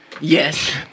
Yes